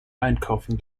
einkaufen